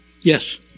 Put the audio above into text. Yes